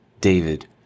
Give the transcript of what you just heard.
David